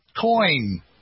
coin